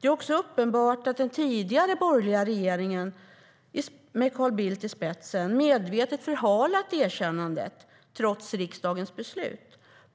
Det är också uppenbart att den tidigare borgerliga regeringen med Carl Bildt i spetsen medvetet förhalat erkännandet trots riksdagens beslut.